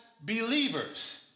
believers